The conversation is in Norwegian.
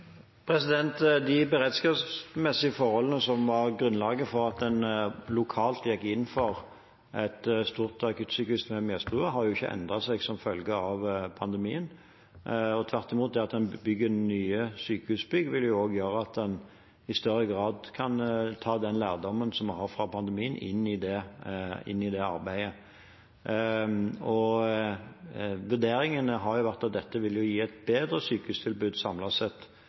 De beredskapsmessige forholdene, som var grunnlaget for at en lokalt gikk inn for et stort akuttsykehus ved Mjøsbrua, har jo ikke endret seg som følge av pandemien. Det at en bygger nye sykehusbygg vil tvert imot gjøre at en i større grad kan ta den lærdommen man har fra pandemien, inn i det arbeidet. Vurderingene har vært at dette vil gi et bedre sykehustilbud samlet sett